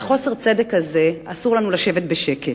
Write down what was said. על חוסר הצדק הזה אסור לנו לשבת בשקט.